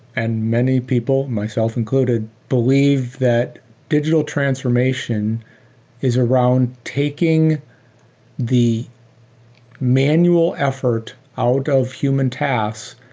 and many people, myself included, believe that digital transformation is around taking the manual effort out of human task,